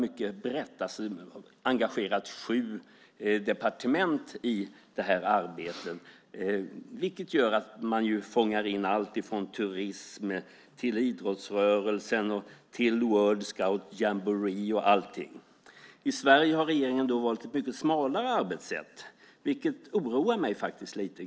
Man har engagerat sju departement i arbetet, vilket gör att man fångar in såväl turism och idrottsrörelse som World Scout Jamboree. I Sverige har regeringen valt ett mycket smalare arbetssätt, vilket oroar mig lite.